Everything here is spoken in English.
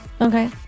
Okay